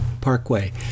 parkway